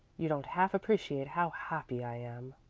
you don't half appreciate how happy i am.